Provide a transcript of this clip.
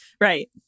Right